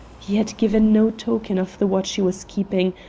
he had given no token of the watch he was keeping,